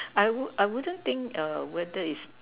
I would I wouldn't think whether is